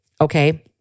okay